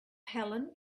helen